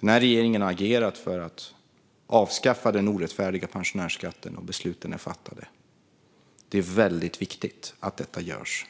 Den här regeringen har agerat för att avskaffa den orättfärdiga pensionärsskatten. Besluten är fattade. Det är väldigt viktigt att detta görs.